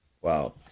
wow